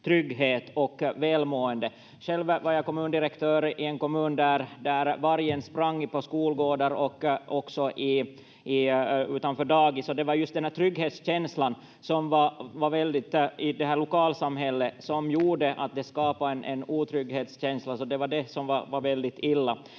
trygghet och välmående. Själv var jag kommundirektör i en kommun där vargen sprang på skolgårdar och också utanför dagis, och just trygghetskänslan i det här lokalsamhället gjorde att detta skapade en otrygghetskänsla. Det var det som var väldigt illa.